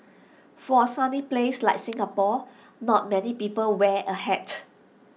for A sunny place like Singapore not many people wear A hat